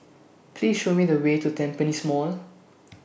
Please Show Me The Way to Tampines Mall